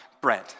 bread